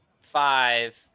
five